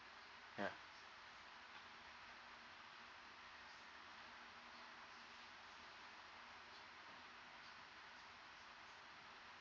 ya